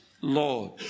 Lord